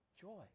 joy